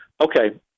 okay